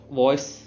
voice